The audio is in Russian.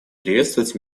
приветствовать